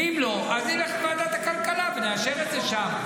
ואם לא, אז זה ילך לוועדת הכלכלה ונאשר את זה שם.